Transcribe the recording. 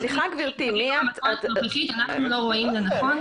--- אנחנו לא רואים לנכון.